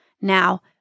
Now